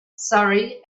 surrey